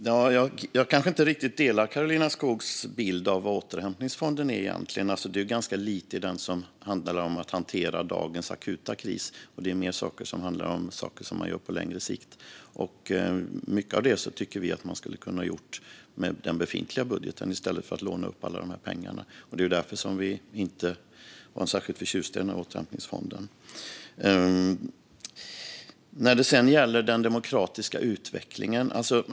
Herr talman! Jag delar nog inte riktigt Karolina Skogs bild av vad återhämtningsfonden är. Det är ganska lite där som handlar om att hantera dagens akuta kris. Det handlar mer om saker på längre sikt. Mycket av detta tycker vi att man borde kunna göra med befintlig budget i stället för att låna upp alla dessa pengar. Det är därför vi inte är särskilt förtjusta i återhämtningsfonden. Så till den demokratiska utvecklingen.